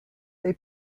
they